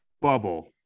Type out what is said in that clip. bubble